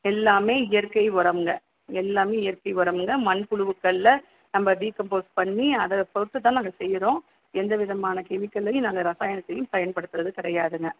எல்லாம் இயற்கை உரம்ங்க எல்லாம் இயற்கை உரம்ங்க மண்புழுக்கள்ல நம்ம டி கம்போஸ் பண்ணி அதை பொறுத்து தான் நாங்கள் செய்கிறோம் எந்த விதமான கெமிக்கலையும் நாங்கள் ரசாயனத்தையும் பயன்படுத்துவது கிடையாதுங்க